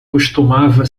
costumava